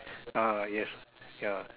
uh yes ya